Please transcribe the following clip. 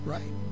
Right